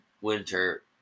winter